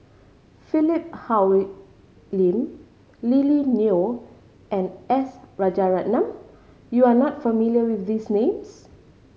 Philip Hoalim Lily Neo and S Rajaratnam you are not familiar with these names